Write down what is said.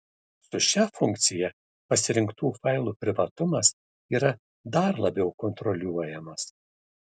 su šia funkcija pasirinktų failų privatumas yra dar labiau kontroliuojamas